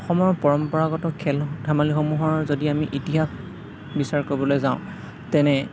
অসমৰ পৰম্পৰাগত খেল ধেমালিসমূহৰ যদি আমি ইতিহাস বিচাৰ কৰিবলৈ যাওঁ তেনে